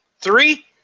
Three